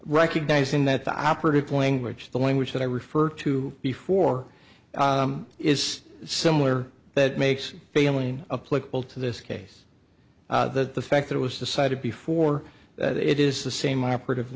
recognizing that the operative language the language that i referred to before is similar that makes failing a political to this case the fact that it was decided before that it is the same operative